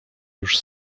już